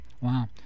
wow